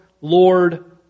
Lord